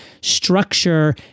structure